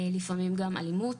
לפעמים גם אלימות,